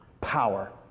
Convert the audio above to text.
power